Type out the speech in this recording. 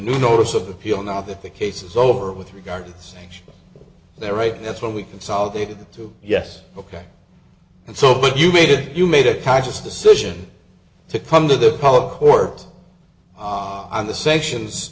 new notice of appeal now that the case is over with regards to their right that's what we consolidated them to yes ok and so but you made it you made a conscious decision to come to the public court ah on the sanctions